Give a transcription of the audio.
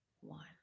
one